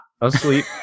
asleep